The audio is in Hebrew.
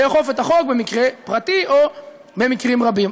לאכוף את החוק במקרה פרטי או במקרים רבים.